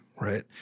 Right